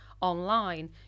online